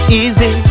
easy